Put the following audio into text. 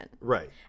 Right